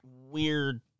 weird